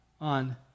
on